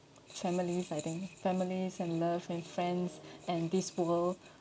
families I think families and love and friends and